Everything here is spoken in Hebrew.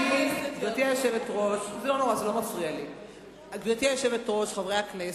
חבר הכנסת חסון, גברתי היושבת-ראש, חברי הכנסת,